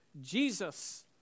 Jesus